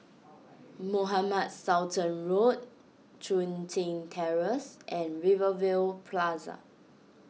Mohamed Sultan Road Chun Tin Terrace and Rivervale Plaza